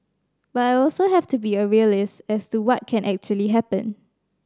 but I also have to be a realist as to what can actually happen